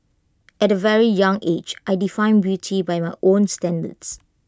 at A very young age I defined beauty by my own standards